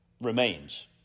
remains